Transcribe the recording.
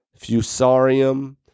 fusarium